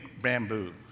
bamboo